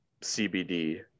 CBD